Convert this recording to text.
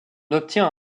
obtient